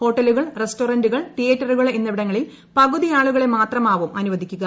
ഹോട്ടലുകൾ റസ്റ്റോറന്റുകൾ തിയേറ്ററുകൾ എന്നിവിടങ്ങളിൽ പകുതി ആളുകളെ മാത്രമാവും അനുവദിക്കുക